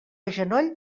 genoll